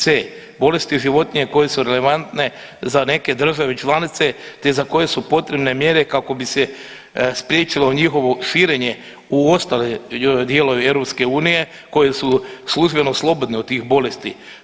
C, bolesti životinje koje su relevantne za neke države članice, te za koje su potrebne mjere kako bi se spriječilo njihovo širenje u ostale dijelove EU koje su službeno slobodne od tih bolesti.